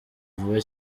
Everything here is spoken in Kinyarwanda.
vuba